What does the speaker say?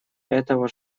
этого